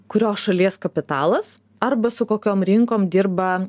kurios šalies kapitalas arba su kokiom rinkom dirba